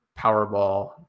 powerball